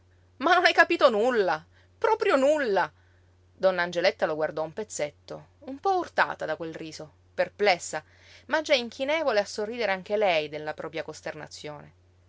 ma non hai capito nulla proprio nulla donna angeletta lo guardò un pezzetto un po urtata da quel riso perplessa ma già inchinevole a sorridere anche lei della propria costernazione